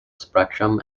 spectrum